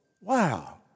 Wow